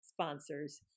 sponsors